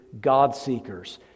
God-seekers